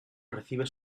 recibe